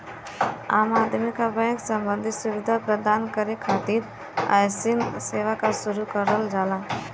आम आदमी क बैंक सम्बन्धी सुविधा प्रदान करे खातिर अइसन सेवा क शुरू करल जाला